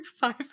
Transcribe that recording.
five